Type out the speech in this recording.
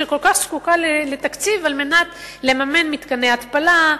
שכל כך זקוקה לתקציב על מנת לממן מתקני התפלה,